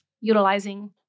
utilizing